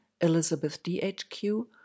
ElizabethDHQ